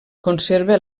conserva